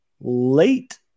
late